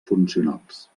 funcionals